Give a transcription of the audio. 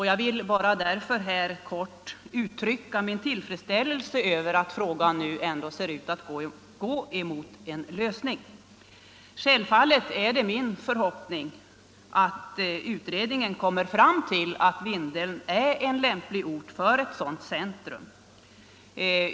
Jag vill därför bara här kort uttrycka min tillfredsställelse över att frågan ändå ser ut att gå mot en lösning. Självfallet är det min förhoppning att utredningen kommer fram till att Vindeln är lämplig ort för ett sådant centrum.